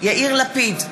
יאיר לפיד,